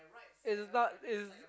it is not is